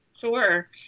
Sure